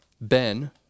Ben